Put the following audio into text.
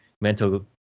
mental